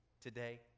Today